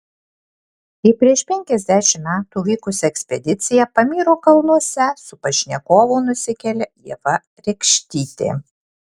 į prieš penkiasdešimt metų vykusią ekspediciją pamyro kalnuose su pašnekovu nusikelia ieva rekštytė